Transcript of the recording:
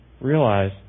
realize